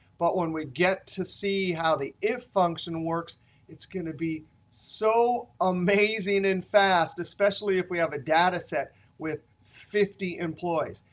but when we get to see how the if function works it's going to be so amazing and fast, especially if we have a data set with fifty employees.